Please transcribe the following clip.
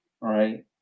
right